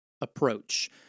approach